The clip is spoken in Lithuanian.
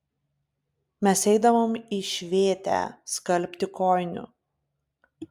mes eidavom į švėtę skalbti kojinių